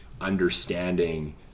understanding